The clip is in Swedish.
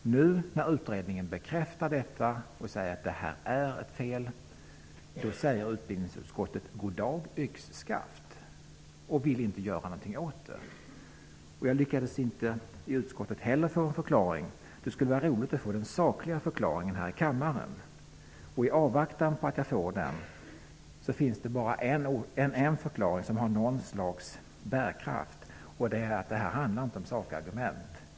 När nu utredningen bekräftar detta och säger att det är ett fel, säger utbildningsutskottet: Goddag, yxskaft!, och vill inte göra någonting åt det. Jag lyckades inte heller i utskottet att få en förklaring. Det skulle vara roligt att få den sakliga förklaringen här i kammaren. I avvaktan på att jag får den, finns det bara en förklaring som har något slags bärkraft, och det är att det inte handlar om sakargument.